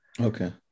Okay